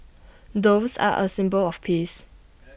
doves are A symbol of peace